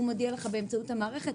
הוא מודיע לך באמצעות המערכת.